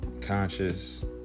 Conscious